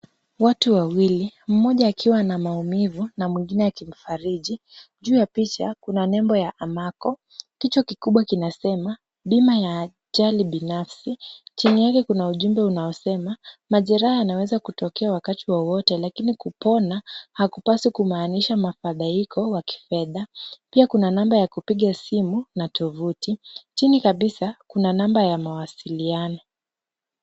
Watu wawili mmoja akiwa na maumivu na mwingine akimfariji. Juu ya picha kuna nembo ya Amaco, kichwa kikubwa kinasema bima ya ajali binafsi. Chini yake kuna ujumbe unaosema majeraha yanaweza kutokea wakati wowote lakini kupona hakupaswi kumaanisha mafadhaiko wa kifedha. Pia kuna namba ya kupiga simu na tovuti. Chini kabisa kuna namba ya mawasiliano.